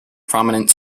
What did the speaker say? prominent